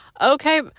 okay